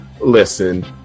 Listen